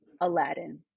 Aladdin